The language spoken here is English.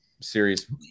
series